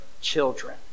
children